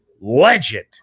legend